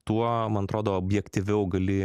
tuo man atrodo objektyviau gali